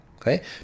okay